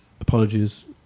apologies